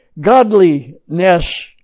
Godliness